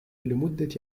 لمدة